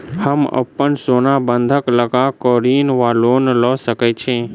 हम अप्पन सोना बंधक लगा कऽ ऋण वा लोन लऽ सकै छी?